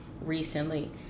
recently